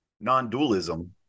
non-dualism